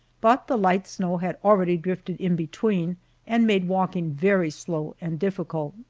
but the light snow had already drifted in between and made walking very slow and difficult.